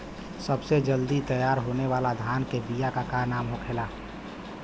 सबसे जल्दी तैयार होने वाला धान के बिया का का नाम होखेला?